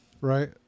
right